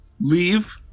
leave